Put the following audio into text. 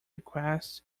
request